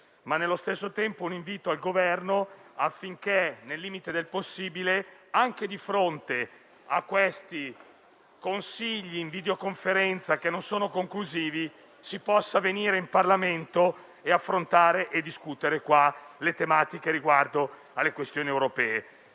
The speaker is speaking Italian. ma nello stesso tempo per rivolgermi al Governo affinché, nel limite del possibile, anche di fronte a questi Consigli in videoconferenza che non sono conclusivi, si possa venire in Parlamento e discutere in questa sede le tematiche inerenti le questioni europee.